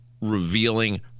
revealing